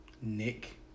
Nick